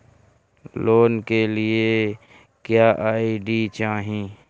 Loan के लिए क्या आई.डी चाही?